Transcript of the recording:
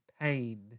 pain